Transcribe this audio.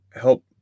help